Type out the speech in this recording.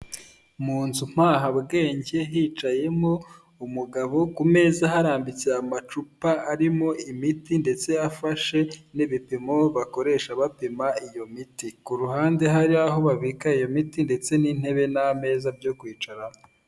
Mu nzu mpahabwenge hicayemo umugabo, ku meza harambitse amacupa arimo imiti ndetse afashe n'ibipimo bakoresha bapima iyo miti, ku ruhande hari aho babika iyo miti ndetse n'intebe n'ameza byo kwicaraho.